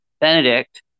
Benedict